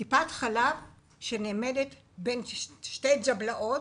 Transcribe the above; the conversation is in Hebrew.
וגם טיפת חלב שנעמדת באמצע בין שתי ג'בלאות,